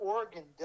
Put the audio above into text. Oregon